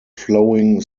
flowing